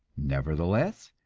nevertheless,